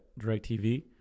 DirecTV